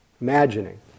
Imagining